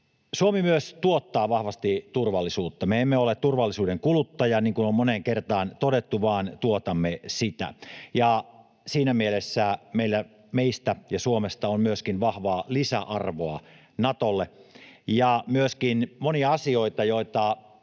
Suomi myös tuottaa vahvasti turvallisuutta. Me emme ole turvallisuuden kuluttaja, niin kuin on moneen kertaan todettu, vaan tuotamme sitä, ja siinä mielessä meistä ja Suomesta on myöskin vahvaa lisäarvoa Natolle. On myöskin monia asioita, joita